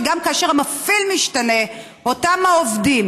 שגם כאשר המפעיל משתנה אותם העובדים